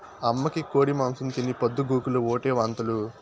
అమ్మకి కోడి మాంసం తిని పొద్దు గూకులు ఓటే వాంతులు